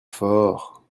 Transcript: fort